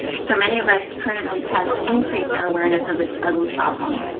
for many of us, current events have increased our awareness of this ugly problem.